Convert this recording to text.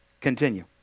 Continue